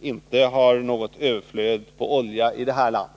inte har något överflöd av olja.